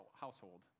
household